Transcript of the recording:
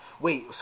Wait